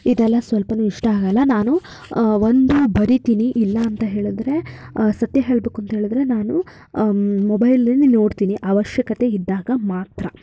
ಇದೆಲ್ಲ ಸ್ವಲ್ಪವೂ ಇಷ್ಟ ಆಗೋಲ್ಲ ನಾನು ಒಂದು ಬರೀತೀನಿ ಇಲ್ಲ ಅಂತ ಹೇಳಿದ್ರೆ ಸತ್ಯ ಹೇಳ್ಬೇಕೂಂತ ಹೇಳಿದ್ರೆ ನಾನು ಮೊಬೈಲಲ್ಲಿ ನೋಡ್ತೀನಿ ಅವಶ್ಯಕತೆ ಇದ್ದಾಗ ಮಾತ್ರ